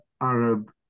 Arab